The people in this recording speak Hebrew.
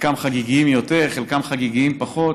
חלקם חגיגיים יותר, חלקם חגיגיים פחות.